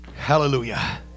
hallelujah